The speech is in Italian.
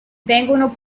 vengono